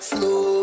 Slow